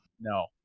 No